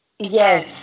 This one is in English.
Yes